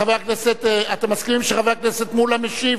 חברי הכנסת, אתם מסכימים שחבר הכנסת מולה משיב?